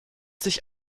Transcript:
sich